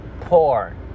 poor